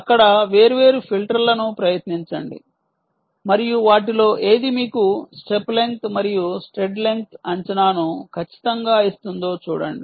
అక్కడ వేర్వేరు ఫిల్టర్లను ప్రయత్నించండి మరియు వాటిలో ఏది మీకు స్టెప్ లెంగ్త్ మరియు స్ట్రైడ్ లెంగ్త్ అంచనాను ఖచ్చితంగా ఇస్తుందో చూడండి